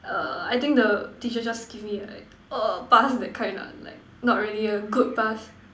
err I think the teacher just give me like a pass that kind lah like not really a good pass